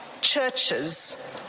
churches